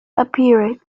appeared